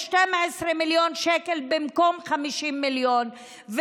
ב-12 מיליון שקל במקום 50 מיליון,